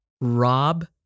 Rob